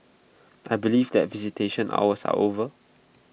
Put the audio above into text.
I believe that visitation hours are over